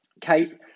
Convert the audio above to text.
Kate